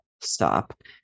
stop